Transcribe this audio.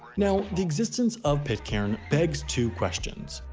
now, the existence of pitcairn begs two questions.